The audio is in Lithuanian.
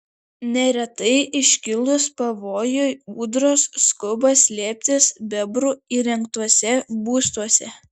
neretai iškilus pavojui ūdros skuba slėptis bebrų įrengtuose būstuose